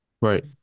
Right